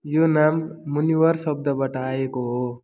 यो नाम मुनिवर शब्दबाट आएको हो